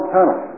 Tunnel